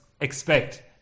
expect